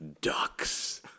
ducks